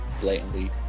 blatantly